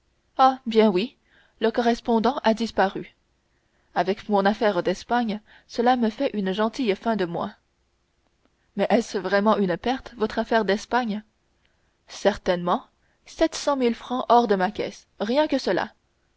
ah bien oui le correspondant a disparu avec mon affaire d'espagne cela me fait une gentille fin de mois mais est-ce vraiment une perte votre affaire d'espagne certainement sept cent mille francs hors de ma caisse rien que cela